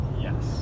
yes